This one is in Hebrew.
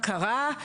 להכיר בישובים